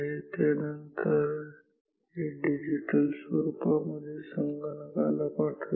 आणि त्यानंतर हे डिजिटल स्वरूपामध्ये संगणकाला पाठवेल